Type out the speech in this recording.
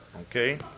okay